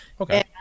okay